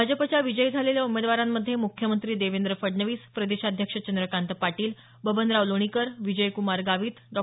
भाजपच्या विजयी झालेल्या उमेदवारांमध्ये मुख्यमंत्री देवेंद्र फडणवीस प्रदेशाध्यक्ष चंद्रकांत पाटील बबनराव लोणीकर विजयक्मार गावित डॉ